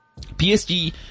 PSG